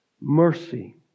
mercy